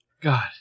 God